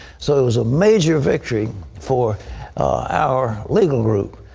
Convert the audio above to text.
so it was a major victory for our legal group.